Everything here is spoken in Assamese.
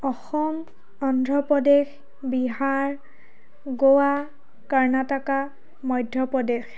অসম অন্ধ্ৰপ্ৰদেশ বিহাৰ গোৱা কৰ্ণাটকা মধ্য প্ৰদেশ